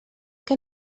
que